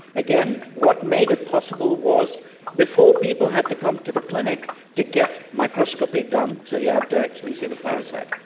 again, what made it possible was before people had to come to the clinic to get microscopy done, so you have to actually see the parasite,